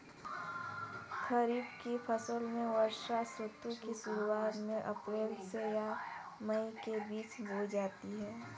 खरीफ की फसलें वर्षा ऋतु की शुरुआत में अप्रैल से मई के बीच बोई जाती हैं